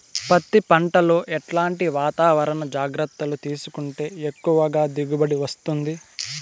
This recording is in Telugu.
పత్తి పంట లో ఎట్లాంటి వాతావరణ జాగ్రత్తలు తీసుకుంటే ఎక్కువగా దిగుబడి వస్తుంది?